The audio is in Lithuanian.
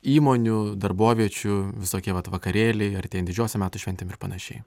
įmonių darboviečių visokie vakarėliai artėjant didžiosiom metų šventėm ir panašiai